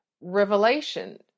revelation